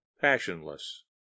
passionless